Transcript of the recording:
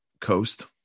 coast